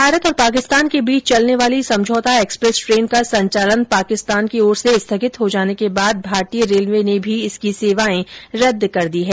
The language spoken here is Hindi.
भारत और पाकिस्तान के बीच चलने वाली समझौता एक्सप्रेस ट्रेन का संचालन पाकिस्तान की ओर से स्थगित हो जाने के बाद भारतीय रेलवे ने भी इसकी सेवाएं रद्द कर दी हैं